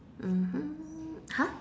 mmhmm !huh!